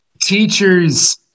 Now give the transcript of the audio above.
Teachers